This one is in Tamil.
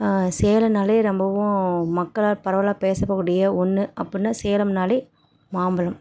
சேலம்னாலே ரொம்பவும் மக்களால் பரவலாக பேசப்படக்கூடிய ஒன்று அப்புடின்னு சேலம்னாலே மாம்பழம்